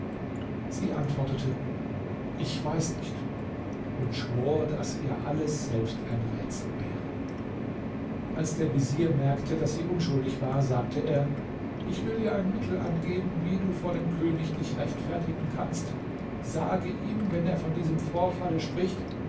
sie antwortete ich weiß nicht und schwor daß ihr alles selbst ein rätsel wäre als der vezier merkte daß sie unschuldig war sagte er ich will dir ein mittel angeben wie du vor dem könig dich rechtfertigen kannst sage ihm wenn er von diesem vorfalle spricht